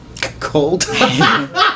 Cold